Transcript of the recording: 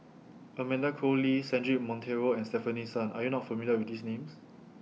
Amanda Koe Lee Cedric Monteiro and Stefanie Sun Are YOU not familiar with These Names